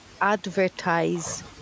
advertise